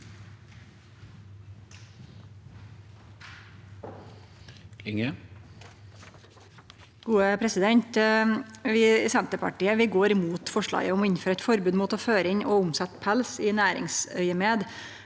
Vi i Senterpartiet går imot forslaget om å innføre eit forbod mot å føre inn og omsetje pels i næringsaugneméd.